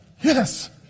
Yes